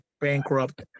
bankrupt